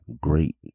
great